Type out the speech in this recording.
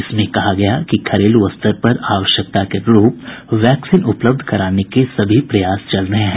इसमें कहा गया कि घरेलू स्तर पर जरूरत के अनुरूप वैक्सीन उपलब्ध कराने के सभी प्रयास चल रहे हैं